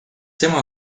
tema